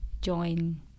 join